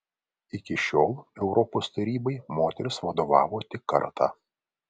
iki šiol europos tarybai moteris vadovavo tik kartą